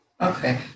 okay